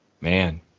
Man